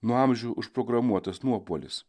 nuo amžių užprogramuotas nuopolis